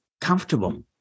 comfortable